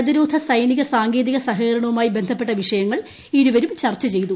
പ്രതിരോധ സൈനിക സാങ്കേതിക സഹകരണവുമായി ബന്ധപ്പെട്ട വിഷയങ്ങൾ ഇരുവരും ചർച്ച ചെയ്തു